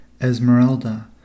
Esmeralda